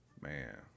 Man